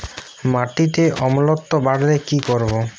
মাটিতে অম্লত্ব বাড়লে কি করব?